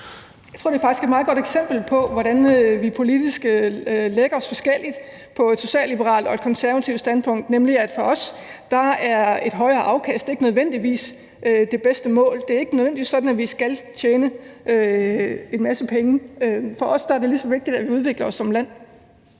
det er et meget godt eksempel på, hvordan vi politisk ligger forskelligt; på et socialliberalt og et konservativt standpunkt. For os er et højere afkast nemlig ikke nødvendigvis det bedste mål. Det er ikke nødvendigvis sådan, at vi skal finde en masse penge. For os er det lige så vigtigt, at vi udvikler os som land.